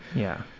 yeah.